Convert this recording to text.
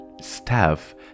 staff